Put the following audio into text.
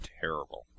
terrible